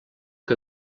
que